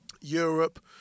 Europe